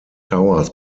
towers